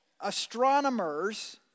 astronomers